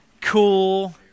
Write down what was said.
cool